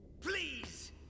Please